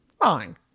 Fine